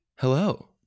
Hello